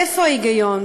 איפה ההיגיון?